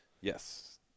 Yes